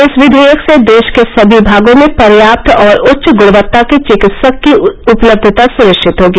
इस विधेयक से देश के सभी भागों में पर्याप्त और उच्च गुणवत्ता के चिकित्सक की उपलब्धता सुनिश्चित होगी